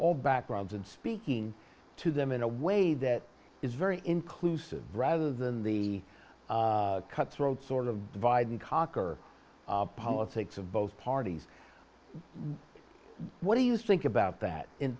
all backgrounds and speaking to them in a way that is very inclusive rather than the cutthroat sort of divide and conquer politics of both parties what do you think about that in